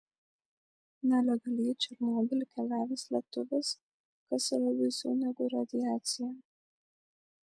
nelegaliai į černobylį keliavęs lietuvis kas yra baisiau negu radiacija